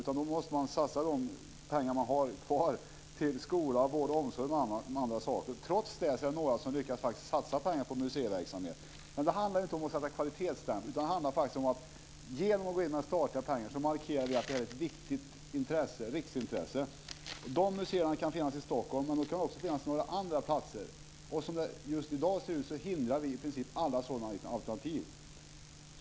Man måste satsa de pengar man har kvar på skola, vård, omsorg och annat. Trots det är det några som faktiskt lyckas satsa pengar på museiverksamhet. Det handlar ju inte om att sätta en kvalitetsstämpel. Det handlar faktiskt om detta: Genom att gå in med statliga pengar markerar vi att något är av riksintresse. De museerna kan finnas i Stockholm, men de kan också finnas på andra platser. Som det just i dag ser ut hindrar vi i princip alla sådana alternativ.